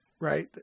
right